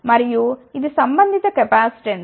మరియు ఇది సంబంధిత కెపాసిటెన్స్